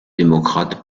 démocrates